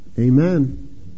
Amen